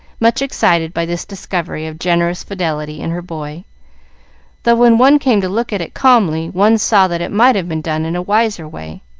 much excited by this discovery of generous fidelity in her boy though when one came to look at it calmly, one saw that it might have been done in a wiser way.